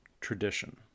tradition